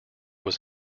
was